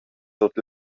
sut